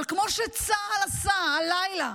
אבל כמו שצה"ל עשה הלילה,